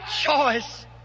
choice